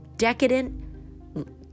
Decadent